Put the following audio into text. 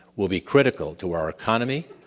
will be critical to our economy,